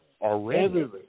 Already